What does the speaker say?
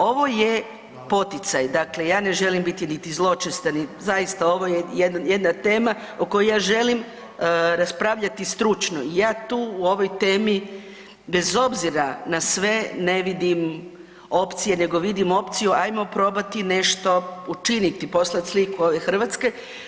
Ovo je poticaj [[Upadica: Hvala.]] dakle ja ne želim biti niti zločesta, zaista ovo je jedna tema o kojoj ja želim raspravljati stručno i ja tu u ovoj temi bez obzira na sve ne vidim opcije, nego vidim opciju ajmo probati nešto učiniti poslat sliku ove Hrvatske.